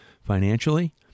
financially